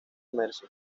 mercy